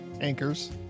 anchors